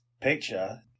picture